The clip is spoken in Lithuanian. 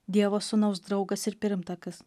dievo sūnaus draugas ir pirmtakas